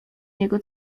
niego